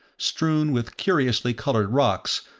strewn with curiously colored rocks,